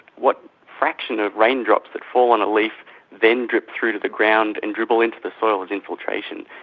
what fraction of raindrops that fall on a leaf then drip through to the ground and dribble into the soil as infiltration?